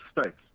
States